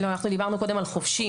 לא, אנחנו דיברנו קודם על חובשים.